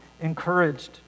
encouraged